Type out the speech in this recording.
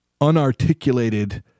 unarticulated